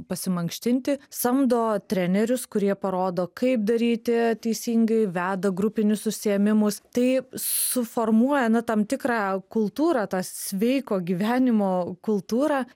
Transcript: pasimankštinti samdo trenerius kurie parodo kaip daryti teisingai veda grupinius užsiėmimus tai suformuoja na tam tikrą kultūrą tą sveiko gyvenimo kultūrą